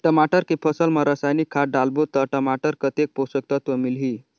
टमाटर के फसल मा रसायनिक खाद डालबो ता टमाटर कतेक पोषक तत्व मिलही?